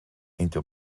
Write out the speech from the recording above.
into